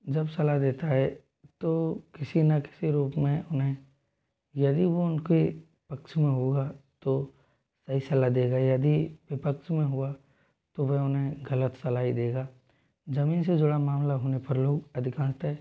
जब सलाह देता है तो किसी ना किसी रूप में उन्हें यदि वो उनके पक्ष में होगा तो सही सलाह देगा यदि विपक्ष में हुआ तो वेह उन्हें गलत सलाह ही देगा जमीन से जुड़ा मामला होने पर लोग अधिकांशतः